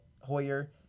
Hoyer